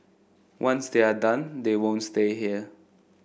once they are done they won't stay here